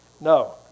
No